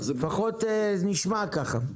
לפחות זה נשמע כך.